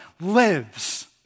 lives